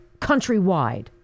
countrywide